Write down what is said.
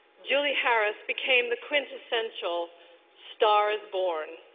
julie harris became the quintessential star is born.